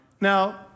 Now